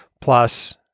plus